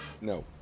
No